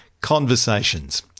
conversations